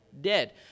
dead